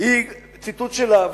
ציטוט שלה.